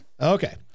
Okay